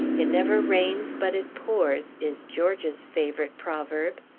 it never rains but it pours is george's favorite proverb.